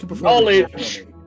Knowledge